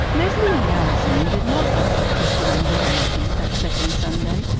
leslie and allison did not go to the christian endeavor meeting that second sunday.